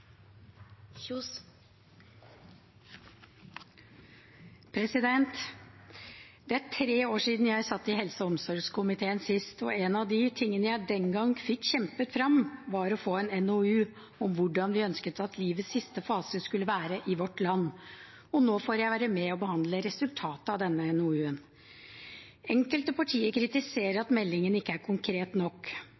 tre år siden jeg satt i helse- og omsorgskomiteen sist, og en av de tingene jeg den gang fikk kjempet frem, var å få en NOU om hvordan vi ønsket at livets siste fase skulle være i vårt land. Og nå får jeg være med og behandle resultatet av denne NOU-en. Enkelte partier kritiserer